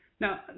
Now